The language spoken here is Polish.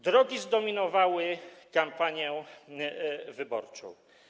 Drogi zdominowały kampanię wyborczą.